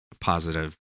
positive